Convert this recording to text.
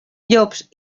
llops